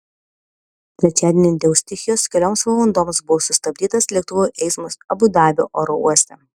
trečiadienį dėl stichijos kelioms valandoms buvo sustabdytas lėktuvų eismas abu dabio oro uoste